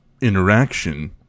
interaction